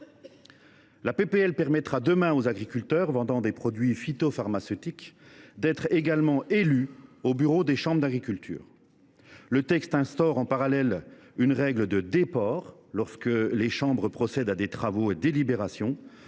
de loi permettra demain aux agriculteurs vendant des produits phytopharmaceutiques d’être également élus au bureau des chambres d’agriculture. Le texte vise à instaurer, en parallèle, une règle de déport lorsque les chambres procèdent à des travaux et délibérations